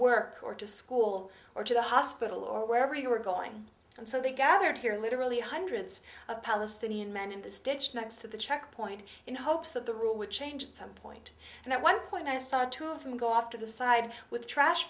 work or to school or to the hospital or wherever you were going and so they gathered here literally hundreds of palestinian men in this ditch next to the checkpoint in hopes that the rule would change at some point and at one point i start two of them go off to the side with trash